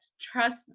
trust